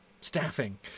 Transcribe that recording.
staffing